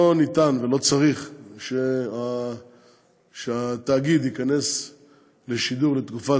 לא אפשרי ולא צריך שהתאגיד ייכנס לשידור לתקופת